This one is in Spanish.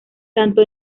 tanto